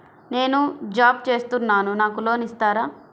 నేను జాబ్ చేస్తున్నాను నాకు లోన్ ఇస్తారా?